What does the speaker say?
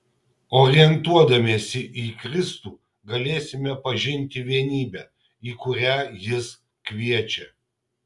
orientuodamiesi į kristų galėsime pažinti vienybę į kurią jis kviečia